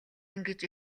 ингэж